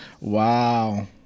Wow